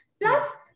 Plus